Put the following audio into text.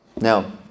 Now